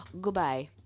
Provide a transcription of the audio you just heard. Goodbye